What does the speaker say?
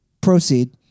Proceed